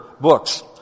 books